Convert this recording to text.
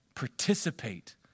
Participate